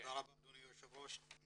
תודה אדוני היושב ראש.